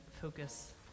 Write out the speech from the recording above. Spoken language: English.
focus